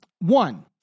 One